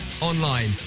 Online